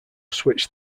switched